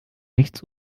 nichts